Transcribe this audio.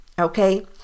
okay